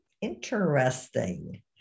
Interesting